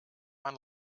man